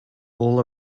all